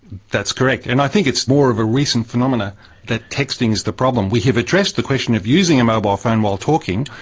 that's correct, and i think it's more of a recent phenomena that texting is the problem. we have addressed the question of using a mobile phone while talking,